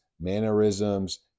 mannerisms